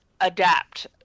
adapt